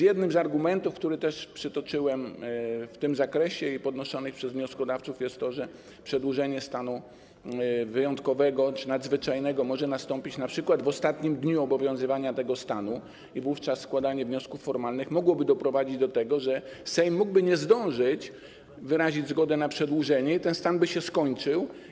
Jednym z argumentów, który też przytoczyłem w tym zakresie i który był podnoszony przez wnioskodawców, jest to, że przedłużenie stanu wyjątkowego czy nadzwyczajnego może nastąpić np. w ostatnim dniu obowiązywania tego stanu i wówczas składanie wniosków formalnych mogłoby doprowadzić do tego, że Sejm mógłby nie zdążyć wyrazić zgody na przedłużenie i ten stan by się skończył.